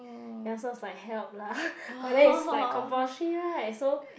ya it's like help lah but then it's like compulsory right so